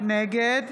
נגד